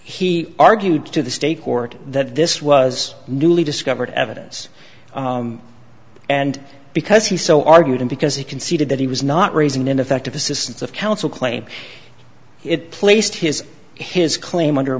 he argued to the state court that this was newly discovered evidence and because he so argued and because he conceded that he was not raising ineffective assistance of counsel claim it placed his his claim under a